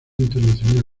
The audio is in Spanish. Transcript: internacional